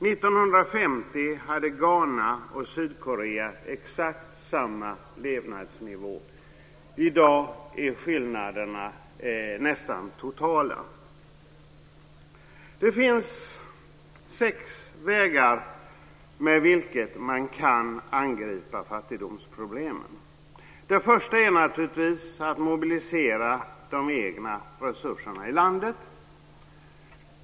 1950 hade Ghana och Sydkorea exakt samma levnadsnivå. I dag är skillnaderna nästan totala. Det finns sex vägar på vilka man kan angripa fattigdomsproblemen. Den första är naturligtvis att mobilisera de egna resurserna i landet.